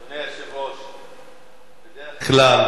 אדוני היושב-ראש, בדרך כלל